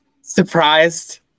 surprised